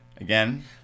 Again